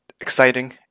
exciting